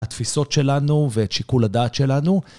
התפיסות שלנו ואת שיקול הדעת שלנו.